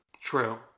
true